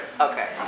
Okay